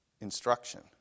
instruction